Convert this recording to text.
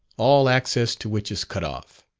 all access to which is cut off.